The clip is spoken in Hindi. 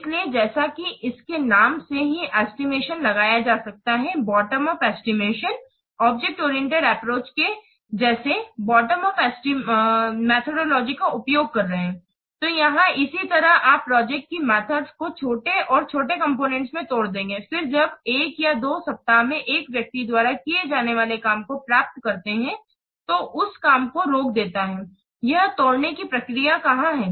इसलिए जैसा कि इसके नाम से ही एस्टिमेशन लगाया जा सकता है bottom up estimation object oriented approach के जैसे बॉटम उप मेथडोलॉजी का उपयोग कर रहे हैं तो यहाँ इसी तरह आप प्रोजेक्ट की गतिमेथड को छोटे और छोटे कॉम्पोनेन्ट में तोड़ देते हैं फिर जब एक या दो सप्ताह में एक व्यक्ति द्वारा किए जाने वाले काम को प्राप्त करते हैं तो तो उस काम को रोक देते है यह तोड़ने की प्रक्रिया कहाँ है